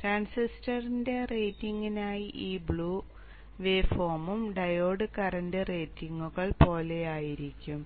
ട്രാൻസിസ്റ്ററിന്റെ റേറ്റിംഗിനായി ഈ ബ്ലൂ വേ ഫോമും ഡയോഡ് കറന്റ് റേറ്റിംഗുകൾ പോലെയായിരിക്കും